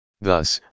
Thus